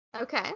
Okay